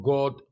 God